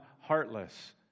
heartless